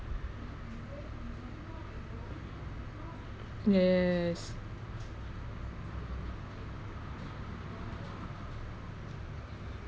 yes